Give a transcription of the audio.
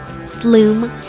Sloom